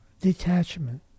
detachment